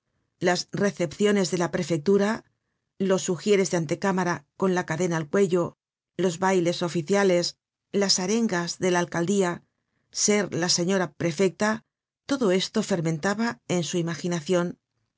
las recepciones de la prefectura los ugieres de antecámara con la cadena al cuello los bailes oficiales las arengas de la alcaldía ser la señora prefecta todo esto fermentaba en su imaginacion